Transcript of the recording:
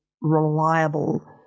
reliable